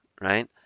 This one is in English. right